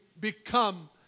become